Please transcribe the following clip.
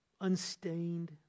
unstained